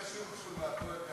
הכי חשוב, שהוא מ"הפועל קטמון".